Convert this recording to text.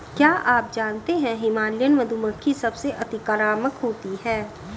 क्या आप जानते है हिमालयन मधुमक्खी सबसे अतिक्रामक होती है?